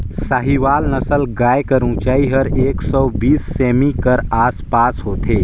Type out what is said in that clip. साहीवाल नसल गाय कर ऊंचाई हर एक सौ बीस सेमी कर आस पास होथे